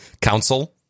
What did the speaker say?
Council